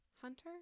Hunter